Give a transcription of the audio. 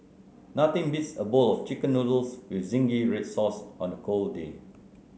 nothing beats a bowl of chicken noodles with zingy red sauce on a cold day